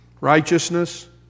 righteousness